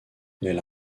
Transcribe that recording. elle